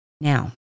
Now